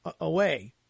away